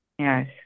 Yes